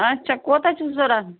اَچھا کوٗتاہ چھُو ضروٗرت